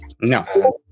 No